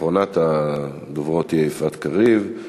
אחרונת הדוברים תהיה יפעת קריב,